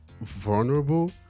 vulnerable